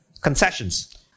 concessions